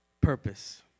purpose